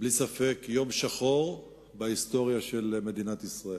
בלי ספק יום שחור בהיסטוריה של מדינת ישראל.